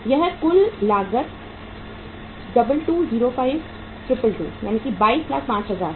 यहां कुल लागत 2205000 है